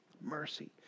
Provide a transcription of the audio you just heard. Mercy